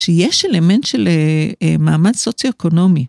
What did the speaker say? שיש אלמנט של מעמד סוציו-אקונומי.